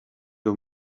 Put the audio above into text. you